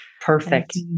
perfect